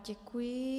Děkuji.